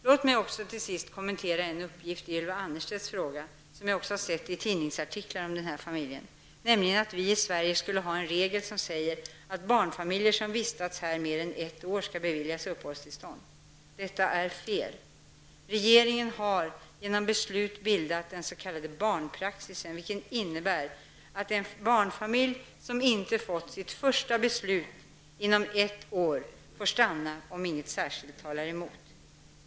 Låt mig också till sist kommentera en uppgift i Ylva Annerstedt fråga -- som jag också sett i tidningsartiklar om den här familjen -- nämligen att vi i Sverige skulle ha en regel som säger att barnfamiljer som vistats här mer än ett år skall beviljas uppehållstillstånd. Detta är fel. Regeringen har genom beslut bildat den s.k. barnpraxisen, vilken innebär att en barnfamilj som inte fått sitt första beslut inom ett år får stanna, om inget särskilt talar emot.